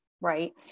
right